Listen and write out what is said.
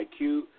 IQ